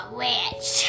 witch